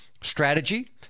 strategy